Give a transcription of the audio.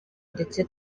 ndetse